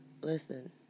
Listen